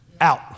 out